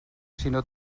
sinó